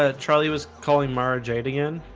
ah charlie was calling mara jade again,